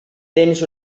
tens